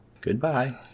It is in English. Goodbye